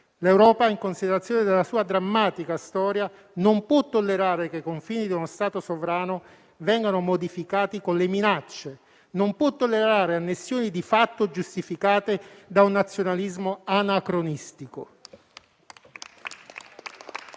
L'Europa, in considerazione della sua drammatica storia, non può tollerare che i confini di uno Stato sovrano vengano modificati con le minacce, e non può tollerare annessioni di fatto, giustificate da un nazionalismo anacronistico.